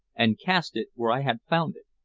and cast it where i had found it.